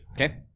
Okay